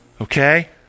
Okay